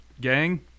Gang